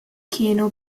kienu